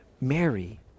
Mary